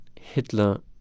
Hitler